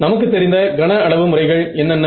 நமக்குத் தெரிந்த கன அளவு முறைகள் என்னென்ன